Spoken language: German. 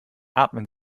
atmen